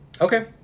Okay